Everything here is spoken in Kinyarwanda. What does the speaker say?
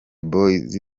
boys